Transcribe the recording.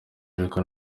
ariko